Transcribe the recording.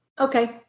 Okay